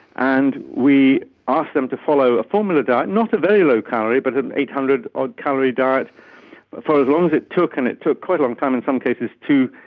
and we ask them to follow a formula diet, not a very low calorie but and eight hundred odd calorie diet for as long as it took, and it took quite a long time in some cases, to